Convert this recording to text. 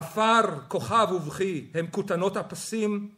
עפר, כוכב ובכי הם כותנות הפסים